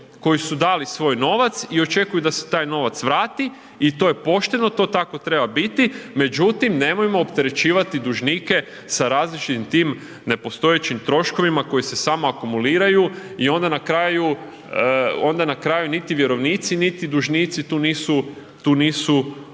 koji su dali svoj novac i očekuju da se taj novac vrati i to je pošteno, to tako treba biti. Međutim, nemojmo opterećivati dužnike sa različitim tim nepostojećim troškovima koji se samo akumuliraju i onda na kraju, onda na kraju niti vjerovnici, niti dužnici tu nisu, tu nisu